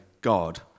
God